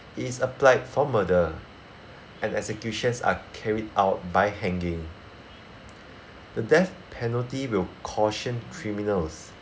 it is applied for murder and executions are carried out by hanging the death penalty will caution criminals